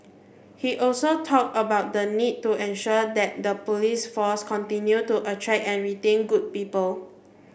he also talked about the need to ensure that the police force continue to attract and retain good people